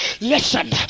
listen